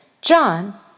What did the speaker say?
John